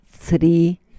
three